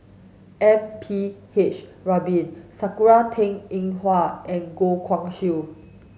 M P H Rubin Sakura Teng Ying Hua and Goh Guan Siew